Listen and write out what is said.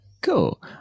Cool